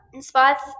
spots